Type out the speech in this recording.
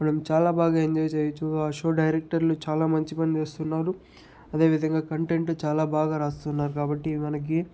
మనం చాలా బాగా ఎంజాయ్ చేయవచ్చు ఆ షో డైరెక్టర్లు చాలా మంచి పని చేస్తున్నారు అదే విధంగా కంటెంటు చాలా బాగా రాస్తున్నారు కాబట్టి మనకి